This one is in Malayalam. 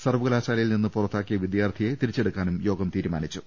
സർവ്വകലാശാലയിൽ നിന്ന് പുറത്താക്കിയ വിദ്യാർത്ഥിയെ തിരിച്ചെടുക്കാനും യോഗം തീരുമാനിച്ചു